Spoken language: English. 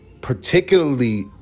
particularly